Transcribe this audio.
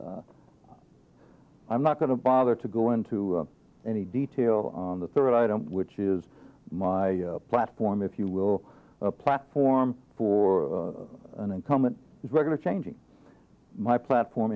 of i'm not going to bother to go into any detail on the third item which is my platform if you will a platform for an incumbent is regular changing my platform